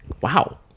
wow